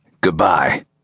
Goodbye